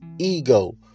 ego